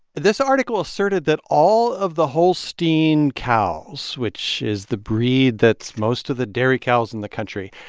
this article asserted that all of the holstein cows, which is the breed that's most of the dairy cows in the country,